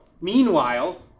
Meanwhile